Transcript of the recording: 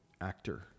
actor